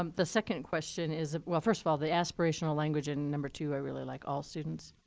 um the second question is well, first of all, the aspirational language in number two, i really like. all students.